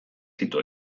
ditu